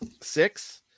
six